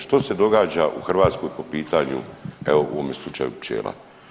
Što se događa u Hrvatskoj po pitanju evo, u ovome slučaju, pčela?